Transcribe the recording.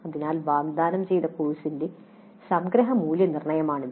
അതിനാൽ വാഗ്ദാനം ചെയ്ത കോഴ്സിന്റെ സംഗ്രഹ മൂല്യനിർണ്ണയമാണിത്